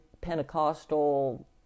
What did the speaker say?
Pentecostal